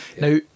Now